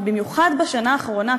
ובמיוחד בשנה האחרונה,